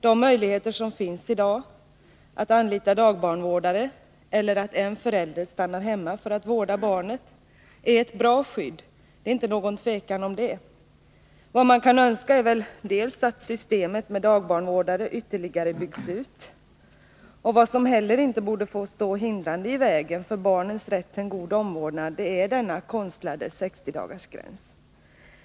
De möjligheter som finns i dag — att anlita dagbarnvårdare eller att en förälder stannar hemma för att vårda barnet —är ett bra skydd. Det är inte något tvivel om det. Vad man kan önska är väl att systemet med dagbarnvårdare ytterligare byggs ut. Vad som inte heller borde få stå hindrande i vägen för barnens rätt till en god omvårdnad är denna konstlade 60-dagarsgräns.